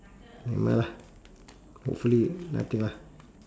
never mind lah hopefully nothing lah